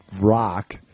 rock